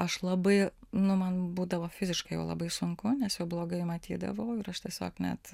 aš labai nu man būdavo fiziškai jau labai sunku nes jau blogai matydavau ir aš tiesiog net